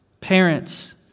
Parents